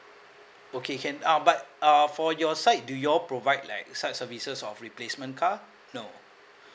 okay can uh but uh for your side do you all provide like such services of replacement car no